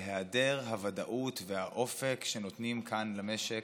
להיעדר הוודאות והאופק שנותנים כאן למשק.